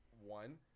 one